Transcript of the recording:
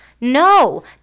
No